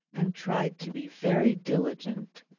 and tried to be very diligent.